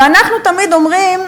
ואנחנו תמיד אומרים,